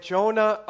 Jonah